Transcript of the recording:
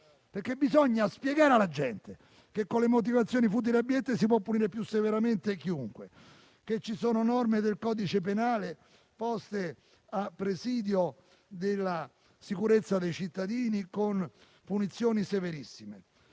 verità. Bisogna spiegare alla gente che, con le motivazioni futili e abiette, si può punire più severamente chiunque; che ci sono norme del codice penale poste a presidio della sicurezza dei cittadini con punizioni severissime